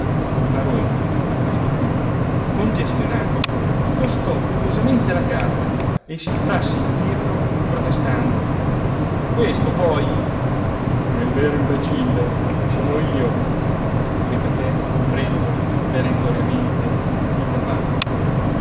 paroni a questo punto congestionato scostò furiosamente la carta e si trasse indietro protestando questo poi che il vero imbecille sono io ripeté freddo perentoriamente luca fazio